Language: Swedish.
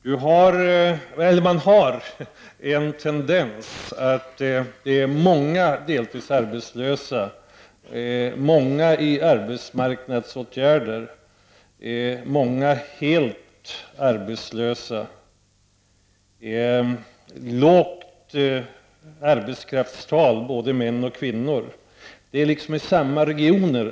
Vi har många deltidsarbetslösa, många i arbetsmarknadsåtgärder, många helt arbetslösa och ett lågt arbetskraftstal för både män och kvinnor. Alla dessa företeelser uppträder inom samma regioner.